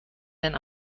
denn